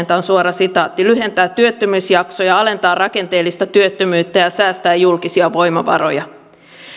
tämä on suora sitaatti kannustaa työn nopeaan vastaanottamiseen lyhentää työttömyysjaksoja alentaa rakenteellista työttömyyttä ja säästää julkisia voimavaroja